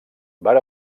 van